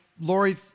Lori